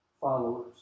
followers